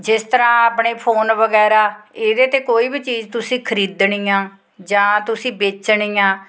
ਜਿਸ ਤਰ੍ਹਾਂ ਆਪਣੇ ਫੋਨ ਵਗੈਰਾ ਇਹਦੇ 'ਤੇ ਕੋਈ ਵੀ ਚੀਜ਼ ਤੁਸੀਂ ਖਰੀਦਣੀ ਆ ਜਾਂ ਤੁਸੀਂ ਵੇਚਣੀ ਆ